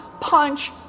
punch